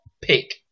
pick